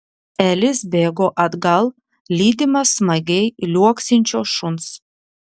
elis bėgo atgal lydimas smagiai liuoksinčio šuns